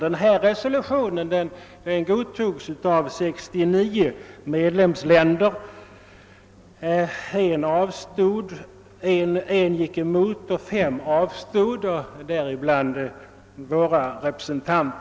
Interpols resolution godtogs av 69 medlemsländer, medan en gick emot och fem avstod, däribland vårt eget land.